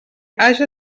haja